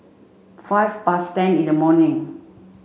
five past ten in the morning